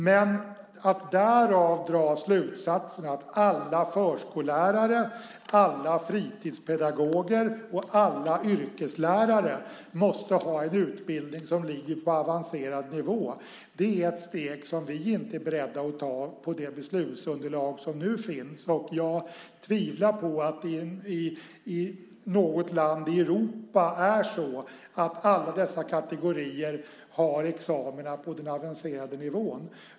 Men att därav dra slutsatsen att alla förskollärare, alla fritidspedagoger och alla yrkeslärare måste ha en utbildning som ligger på avancerad nivå är ett steg som vi inte är beredda att ta på det beslutsunderlag som nu finns. Jag tvivlar på att det i något land i Europa är så att alla dessa kategorier har examina på den avancerade nivån.